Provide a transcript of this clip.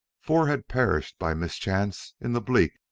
four had perished by mischance in the bleak,